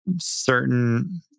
certain